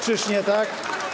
Czyż nie tak?